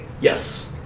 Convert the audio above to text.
Yes